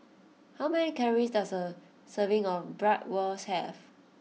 how many calories does a serving of Bratwurst have